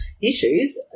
issues